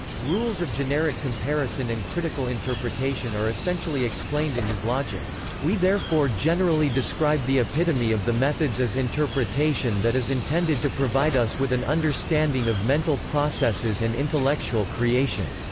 rules of generic comparison and critical interpretation are essentially explained in his logik we therefore generally describe the epitome of the methods as interpretation that is intended to provide us with an understanding of mental processes and intellectual creation.